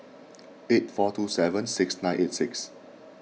eight four two seven six nine eight six